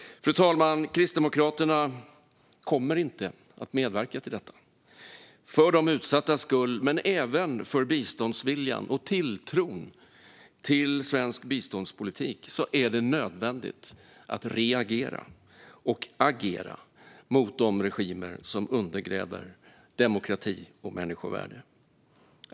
Fru talman! Kristdemokraterna kommer inte att medverka till detta. För de utsattas skull, men även för biståndsviljan och tilltron till svensk biståndspolitik, är det nödvändigt att reagera och agera mot de regimer som undergräver demokrati och människovärde.